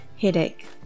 headache